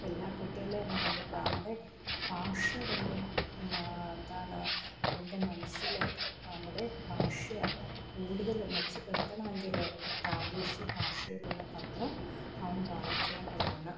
എല്ലാ കുട്ടികളേം കൊണ്ട് അത് കാണുന്നത് ഭാഷ തന്നെ മാ എന്താണ് അവൻ്റെ മനസ്സിൽ നമ്മുടെ ഭാഷ കൂടുതൽ മെച്ചപ്പെടുത്തണമെങ്കിൽ പ്രാദേശിക ഭാഷയിലുള്ള പത്രം അവൻ വായിക്കേണ്ടതാണ്